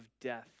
death